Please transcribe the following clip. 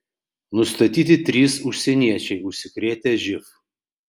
nustatyti trys užsieniečiai užsikrėtę živ